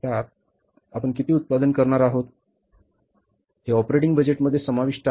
त्यात आपण किती उत्पादन करणार आहोत हे ऑपरेटिंग बजेटमध्ये समाविष्ट आहे